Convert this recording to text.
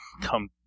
come